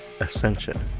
Ascension